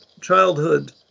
childhood